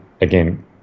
again